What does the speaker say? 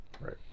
Right